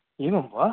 एवं वा